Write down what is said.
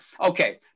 okay